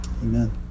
amen